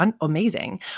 amazing